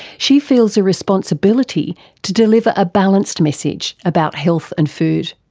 she feels a responsibility to deliver a balanced message about health and food.